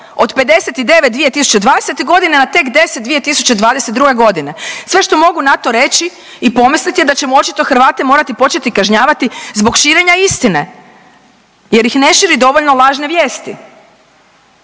Od 59 2020. godine na tek 10 2022. godine. Sve što mogu na to reći i pomisliti je da ćemo očito Hrvate morati početi kažnjavati zbog širenja istine jer ih ne širi dovoljno lažne vijesti.